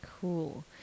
Cool